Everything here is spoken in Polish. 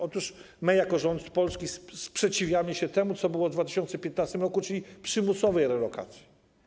Otóż my jako rząd polski sprzeciwiamy się temu, co było w 2015 r., czyli przymusowej relokacji.